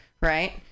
right